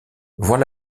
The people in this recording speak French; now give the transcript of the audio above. voir